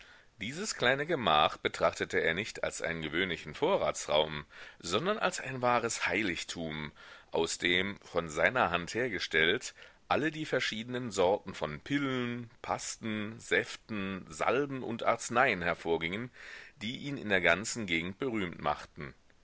dieses kleine gemach betrachtete er nicht als einen gewöhnlichen vorratsraum sondern als ein wahres heiligtum aus dem von seiner hand hergestellt alle die verschiedenen sorten von pillen pasten säften salben und arzneien hervorgingen die ihn in der ganzen gegend berühmt machten